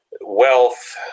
wealth